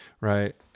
right